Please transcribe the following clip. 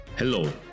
Hello